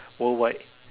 worldwide